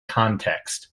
context